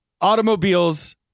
Automobiles